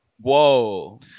Whoa